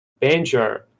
Banjo